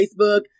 Facebook